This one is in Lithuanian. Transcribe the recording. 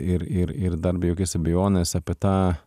ir ir ir dar be jokios abejonės apie tą